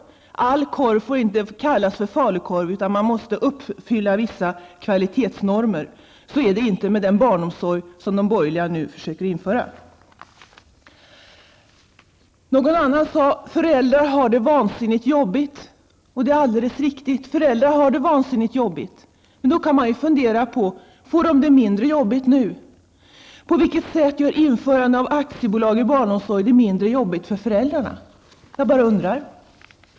Inte all korv får kallas falukorv, utan denna måste uppfylla vissa kvalitetsnormer. Så är det inte med den barnomsorg som de borgerliga nu försöker införa. Någon annan sade: Föräldrar har det vansinnigt jobbigt -- och det är riktigt. Men då kan man fundera på följande fråga: Får de det mindre jobbigt nu? På vilket sätt gör införande av aktiebolag i barnomsorgen det mindre jobbigt för föräldrarna? Jag bara undrar.